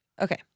Okay